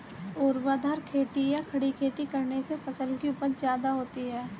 ऊर्ध्वाधर खेती या खड़ी खेती करने से फसल की उपज ज्यादा होती है